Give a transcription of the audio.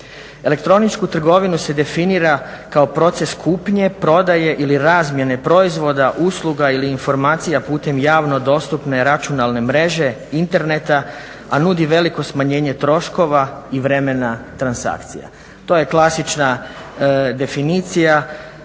Elektroničku trgovinu se definira kao proces kupnje, prodaje ili razmjene proizvoda, usluga ili informacija putem javno dostupne računalne mreže, interneta a nudi veliko smanjenje troškova i vremena transakcija. To je klasična definicija